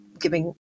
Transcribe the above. giving